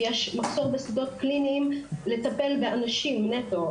יש מחסור בשדות קליניים לטיפול נטו באנשים נטו.